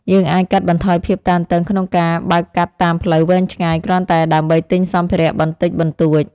យើងអាចកាត់បន្ថយភាពតានតឹងក្នុងការបើកកាត់តាមផ្លូវវែងឆ្ងាយគ្រាន់តែដើម្បីទិញសម្ភារៈបន្តិចបន្តួច។